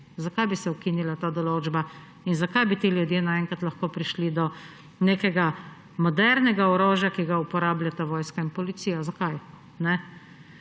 Zakaj bi se ukinila ta določba? Zakaj bi ti ljudje naenkrat lahko prišli do nekega modernega orožja, ki ga uporabljata vojska in policija? Zakaj?